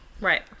right